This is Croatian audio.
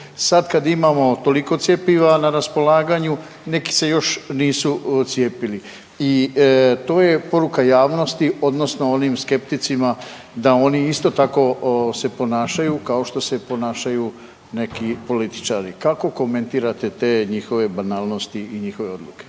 Sad kad imamo toliko cjepiva na raspolaganju neki se još nisu cijepili. I to je poruka javnosti odnosno onim skepticima da oni isto tako se ponašaju kao što se ponašaju neki političari. Kako komentirate te njihove banalnosti i njihove odluke?